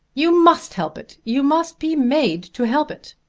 you must help it. you must be made to help it.